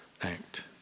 act